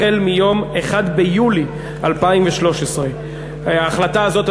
החל מיום 1 ביולי 2013. ההחלטה הזאת,